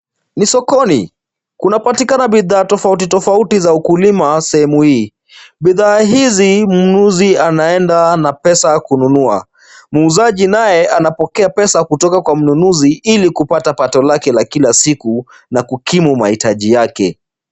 Ni sokoni, kunapatikana bidhaa tofautitofauti za ukulima sehemu hii. Bidhaa hizi mnunuzi anaenda na pesa kununua. Muuzaji naye anapokea pesa kutoka kwa mnunuzi, ili kupata pato lake la kila siku, na kukimu mahitaji yake.